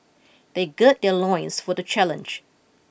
they gird their loins for the challenge